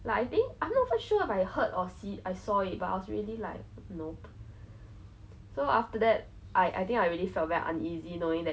yet this girl like um she's also not my good friend maybe that's why I didn't feel very sympathetic lah I just feel felt were disgusted lah 觉得很恶心这样